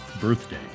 birthday